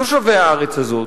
תושבי הארץ הזאת,